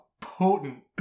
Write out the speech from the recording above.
potent